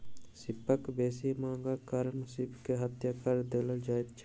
सीपक बेसी मांगक कारण बहुत सीप के हत्या कय देल जाइत अछि